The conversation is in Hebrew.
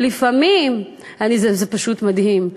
זה פשוט מדהים.